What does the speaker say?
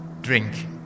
drink